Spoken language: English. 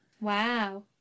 Wow